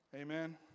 amen